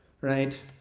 Right